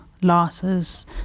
losses